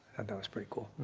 that was pretty cool.